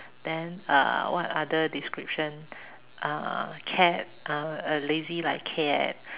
then uh what other description uh cat uh lazy like cat